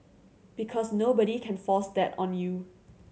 because nobody can force that on you